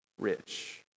rich